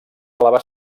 àlaba